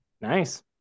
Nice